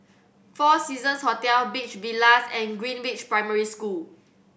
Four Seasons Hotel Beach Villas and Greenridge Primary School